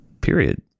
Period